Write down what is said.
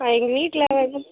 எங்கள் வீட்டில்